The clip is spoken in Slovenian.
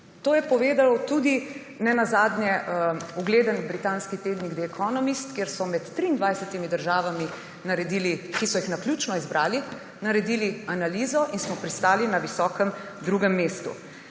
To je povedal nenazadnje tudi ugleden britanski tednik The Economist, kjer so med 23 državami, ki so jih naključno izbrali, naredili analizo in smo pristali na visokem drugem mestu.